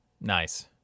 Nice